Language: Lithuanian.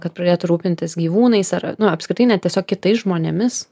kad pradėtų rūpintis gyvūnais ar nu apskritai net tiesiog kitais žmonėmis